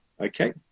Okay